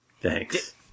Thanks